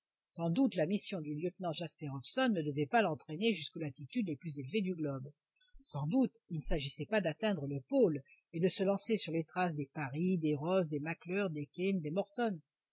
sans doute la mission du lieutenant jasper hobson ne devait pas l'entraîner jusqu'aux latitudes les plus élevées du globe sans doute il ne s'agissait pas d'atteindre le pôle et de se lancer sur les traces des parry des ross des mac clure des kean des morton